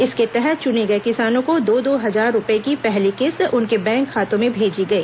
इसके तहत चुने गए किसानों को दो दो हजार रुपये की पहली किस्त उनके बैंक खातों में भेजी गई